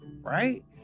right